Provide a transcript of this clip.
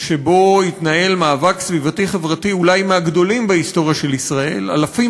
שבו התנהל מאבק סביבתי חברתי אולי מהגדולים בהיסטוריה של ישראל: אלפים